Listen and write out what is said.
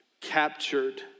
captured